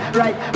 right